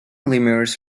lemurs